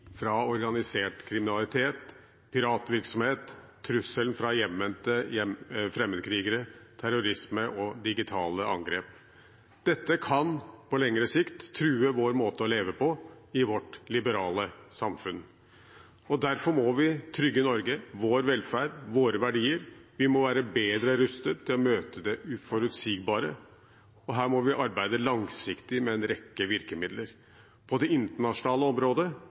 fra organisert kriminalitet, piratvirksomhet, trusselen fra hjemvendte fremmedkrigere, terrorisme og digitale angrep. Dette kan på lengre sikt true vår måte å leve på i vårt liberale samfunn. Derfor må vi trygge Norge, vår velferd, våre verdier. Vi må være bedre rustet til å møte det uforutsigbare, og her må vi arbeide langsiktig med en rekke virkemidler. På det internasjonale området